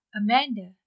Amanda